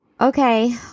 Okay